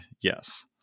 yes